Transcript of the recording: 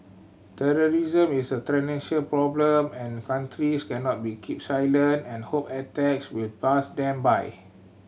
terrorism is a problem and countries cannot be keep silent and hope attacks will pass them by